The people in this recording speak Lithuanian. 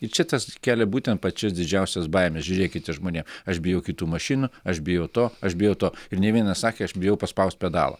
ir čia tas kelia būtent pačias didžiausias baimes žiūrėkite žmonėm aš bijau kitų mašinų aš bijau to aš bijau to ir ne vienas sakė aš bijau paspaust pedalą